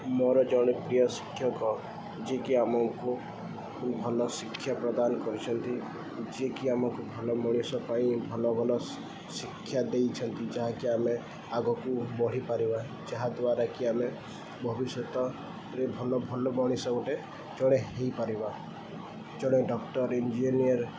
ମୋର ଜଣେ ପ୍ରିୟ ଶିକ୍ଷକ ଯିଏକି ଆମକୁ ଭଲ ଶିକ୍ଷା ପ୍ରଦାନ କରିଛନ୍ତି ଯିଏକି ଆମକୁ ଭଲ ମଣିଷ ପାଇଁ ଭଲ ଭଲ ଶିକ୍ଷା ଦେଇଛନ୍ତି ଯାହାକି ଆମେ ଆଗକୁ ବଢ଼ିପାରିବା ଯାହାଦ୍ୱାରା କିି ଆମେ ଭବିଷ୍ୟତରେ ଭଲ ଭଲ ମଣିଷ ଗୋଟେ ଜଣେ ହୋଇପାରିବା ଜଣେ ଡ଼କ୍ଟର୍ ଇଞ୍ଜିନିୟର